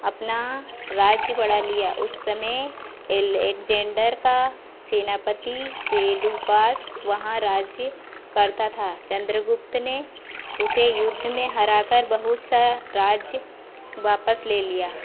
अपना राज्य बढ़ा लिया उस समय एलेकजेंडर का सेनापति सेलुकास वहाँ राज्य करता था चन्द्रगुप्त ने उसे युद्ध में हराकर बहुत सा राज्य वापस ले लिया